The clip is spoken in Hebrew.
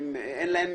אין להם